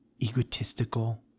egotistical